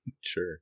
Sure